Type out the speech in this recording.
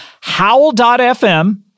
howl.fm